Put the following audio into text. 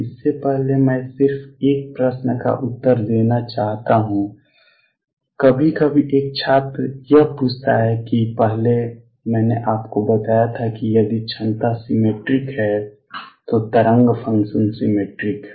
इससे पहले मैं सिर्फ एक प्रश्न का उत्तर देना चाहता हूं कभी कभी एक छात्र यह पूछता है कि पहले मैंने आपको बताया था कि यदि क्षमता सिमेट्रिक है तो तरंग फ़ंक्शन सिमेट्रिक है